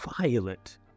violent